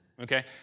Okay